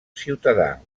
ciutadà